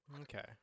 Okay